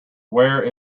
where